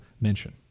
mention